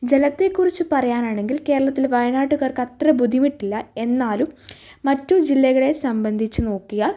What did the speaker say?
ജലത്തെക്കുറിച്ച് പറയാനാണെങ്കിൽ കേരളത്തിൽ വയനാട്ടുകാർക്ക് അത്ര ബുദ്ധിമുട്ടില്ല എന്നാലും മറ്റുജില്ലകളെ സംബന്ധിച്ച് നോക്കിയാൽ